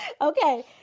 Okay